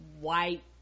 white